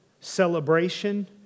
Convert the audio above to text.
celebration